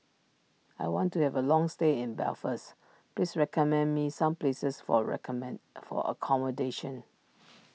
I want to have a long stay in Belfast please recommend me some places for recommend for accommodation